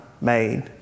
made